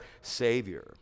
Savior